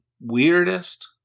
weirdest